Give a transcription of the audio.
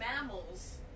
mammals